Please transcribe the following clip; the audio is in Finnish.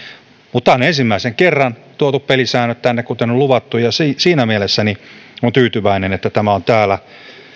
mutta nyt on ensimmäisen kerran tuotu pelisäännöt tänne kuten on luvattu ja siinä mielessä olen tyytyväinen että tämä on täällä